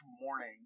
morning